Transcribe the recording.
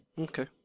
Okay